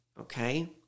okay